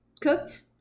cooked